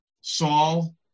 Saul